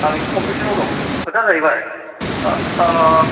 आं एसे कनफिउसनाव दं खोथाया जाहैबाय